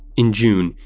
in june,